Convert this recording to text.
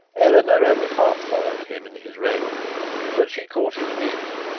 eleanor only half followed him in his raillery but she caught his meaning.